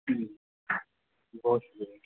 ہوں بہت شکریہ